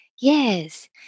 Yes